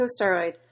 corticosteroid